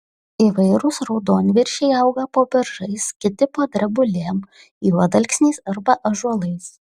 įvairūs raudonviršiai auga po beržais kiti po drebulėm juodalksniais arba ąžuolais